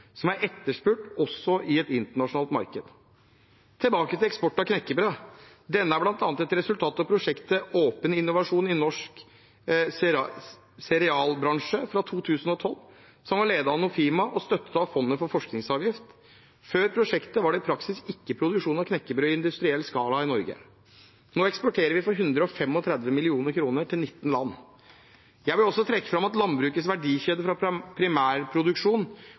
som er etterspurt også i et internasjonalt marked. Tilbake til eksporten av knekkebrød: Denne er bl.a. et resultat av prosjektet Åpen innovasjon i norsk cereal-bransje fra 2012, som var ledet av Nofima og støttet av fondet for forskningsavgift. Før prosjektet var det i praksis ikke produksjon av knekkebrød i industriell skala i Norge. Nå eksporterer vi for 135 mill. kr til 19 land. Jeg vil også trekke fram at landbrukets verdikjede fra primærproduksjon